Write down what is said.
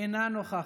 אינה נוכחת.